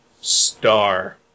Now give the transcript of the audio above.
star